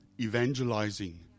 evangelizing